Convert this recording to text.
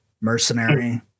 mercenary